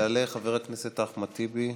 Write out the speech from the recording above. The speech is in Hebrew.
יעלה חבר הכנסת אחמד טיבי.